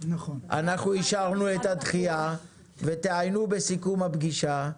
אנחנו אישרנו את הדחייה ותעיינו בסיכום הפגישה,